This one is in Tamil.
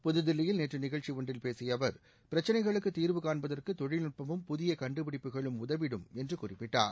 புதுதில்லியில் நேற்று நிகழ்ச்சி ஒன்றில் பேசிய அவர் பிரச்சினைகளுக்கு தீர்வுகாண்பதற்கு தொழில்நுட்பமும் புதிய கண்டுபிடிப்புகளும் உதவிடும் என்று குறிப்பிட்டார்